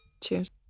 cheers